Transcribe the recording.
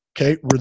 Okay